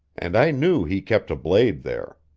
and i knew he kept a blade there.